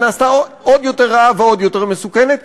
היא נעשתה עוד יותר רעה ועוד יותר מסוכנת,